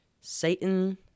Satan